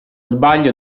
sbaglio